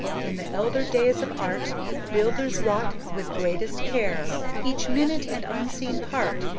in the elder days of art builders wrought with greatest care each minute and unseen part,